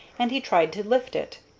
and he tried to lift it.